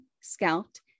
scalped